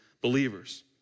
believers